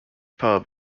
pub